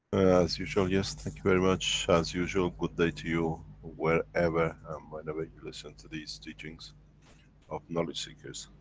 as usual, yes thank you very much. as usual, good day to you, wherever and um whenever you listen to these teachings of knowledge seekers.